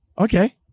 Okay